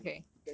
养你